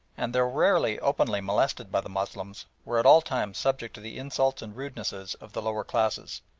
and, though rarely openly molested by the moslems, were at all times subject to the insults and rudenesses of the lower classes.